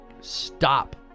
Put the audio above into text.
stop